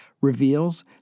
reveals